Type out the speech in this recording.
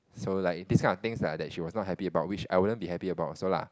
so like this kind of things lah that she was not happy about which I wouldn't be happy about also lah